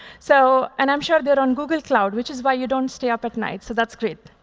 so and i'm sure they're on google cloud, which is why you don't stay up at night. so that's great.